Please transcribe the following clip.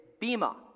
bima